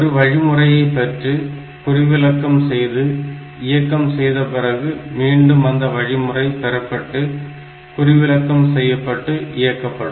ஒரு வழிமுறையை பெற்று குறிவிலக்கம் செய்து இயக்கம் செய்தபிறகு மீண்டும் அடுத்த வழிமுறை பெறப்பட்டு குறிவிலக்கம் செய்யப்பட்டு இயக்கப்படும்